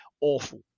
awful